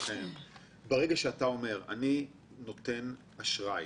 שאתה אומר: אני נותן אשראי